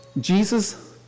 Jesus